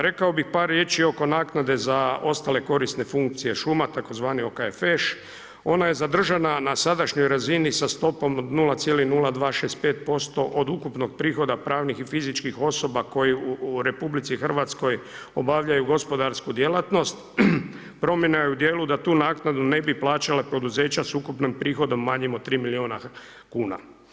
Rekao bi par riječi oko naknade za ostale korisne funkcije šuma, tzv. OKFŠ, ona je zadržana na sadašnjoj razini sa stopom od 0,0265% o ukupnog prihoda pravnih i fizičkih osoba koje u RH obavljaju gospodarsku djelatnost, promjena je u djelu da tu naknadu ne bi plaćala poduzeća s ukupnim prihodom manjim od 3 milijuna kuna.